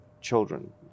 children